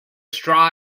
straw